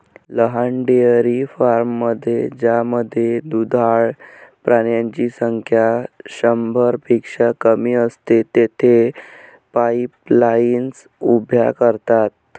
लहान डेअरी फार्ममध्ये ज्यामध्ये दुधाळ प्राण्यांची संख्या शंभरपेक्षा कमी असते, तेथे पाईपलाईन्स उभ्या करतात